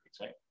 right